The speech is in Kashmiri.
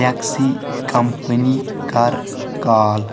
ٹیکسی کمپنی کر کال